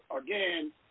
again